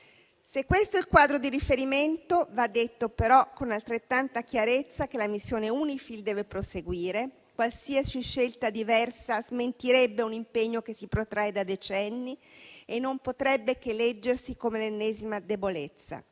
Se questo è il quadro di riferimento, va detto però con altrettanta chiarezza che la missione UNIFIL deve proseguire. Qualsiasi scelta diversa smentirebbe un impegno che si protrae da decenni e non potrebbe che leggersi come l'ennesima debolezza,